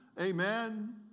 Amen